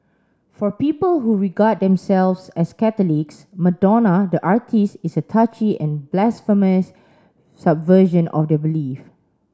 for people who regard themselves as Catholics Madonna the artiste is a touchy and blasphemous subversion of their belief